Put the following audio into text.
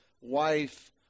wife